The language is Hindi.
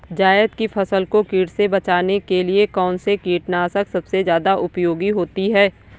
जायद की फसल को कीट से बचाने के लिए कौन से कीटनाशक सबसे ज्यादा उपयोगी होती है?